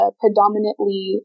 predominantly